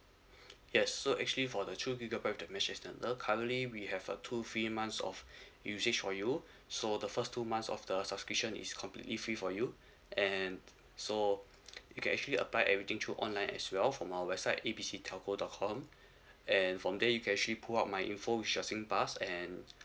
yes so actually for the two gigabyte with the mesh extender currently we have a two free months of usage for you so the first two months of the subscription is completely free for you and so you can actually apply everything through online as well from our website A B C telco dot com and from there you can actually pull out my information which is your singpass and uh